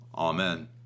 Amen